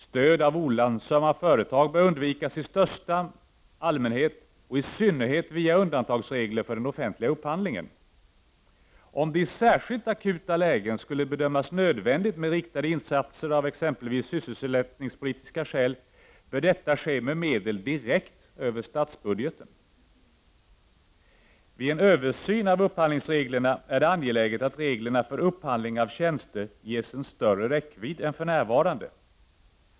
Stöd av olönsamma företag bör undvikas i största allmänhet och i synnerhet via undantagsregler för den offentliga upphandlingen. Om det i särskilt akuta lägen skulle bedömas nödvändigt med riktade insatser av exempelvis sysselsättningspolitiska skäl bör detta ske med medel direkt över statsbudgeten. Vid en översyn av upphandlingsreglerna är det angeläget att reglerna för upphandling av tjänster ges en större räckvidd än nu.